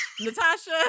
Natasha